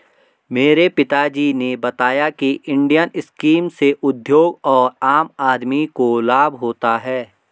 मेरे पिता जी ने बताया की इंडियन स्कीम से उद्योग और आम आदमी को लाभ होता है